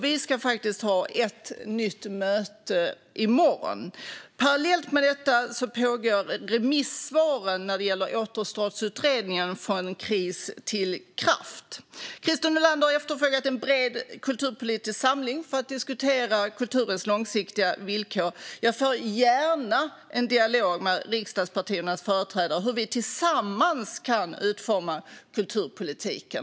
Vi ska faktiskt ha ett nytt möte i morgon. Parallellt med detta pågår remisstiden för återstartsutredningen Från kris till kraft . Christer Nylander efterfrågar en bred kulturpolitisk samling för att diskutera kulturens långsiktiga villkor. Jag för gärna en dialog med riksdagspartiernas företrädare om hur vi tillsammans kan utforma kulturpolitiken.